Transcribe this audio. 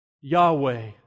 Yahweh